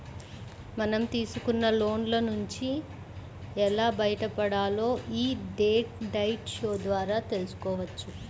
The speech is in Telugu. మనం తీసుకున్న లోన్ల నుంచి ఎలా బయటపడాలో యీ డెట్ డైట్ షో ద్వారా తెల్సుకోవచ్చు